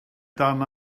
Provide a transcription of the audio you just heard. dan